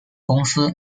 公司